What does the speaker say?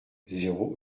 zéro